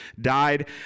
died